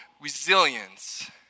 resilience